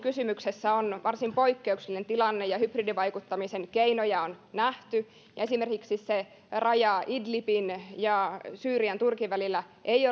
kysymyksessä on varsin poikkeuksellinen tilanne ja hybridivaikuttamisen keinoja on nähty ja esimerkiksi se idlibin raja syyrian ja turkin välillä ei